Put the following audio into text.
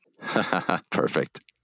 Perfect